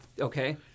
Okay